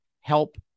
help